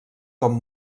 com